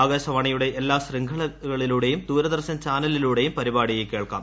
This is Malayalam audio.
ആകാശവാണിയുടെ എല്ലാ ശൃംഖലകളിലൂടെയും ദൂരദർശൻ ചാനലിലൂടെയും പരിപാടി കേൾക്കാം